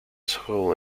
school